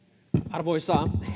arvoisa